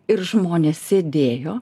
ir žmonės sėdėjo